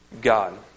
God